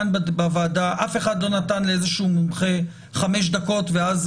אף אחד לא נתן לאיזשהו מומחה 5 דקות ואז